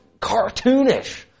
cartoonish